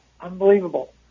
Unbelievable